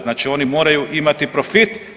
Znači, oni moraju imati profit.